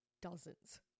dozens